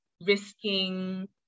risking